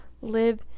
live